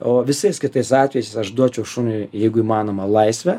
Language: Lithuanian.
o visais kitais atvejais aš duočiau šuniui jeigu įmanoma laisvę